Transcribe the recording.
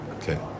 Okay